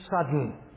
sudden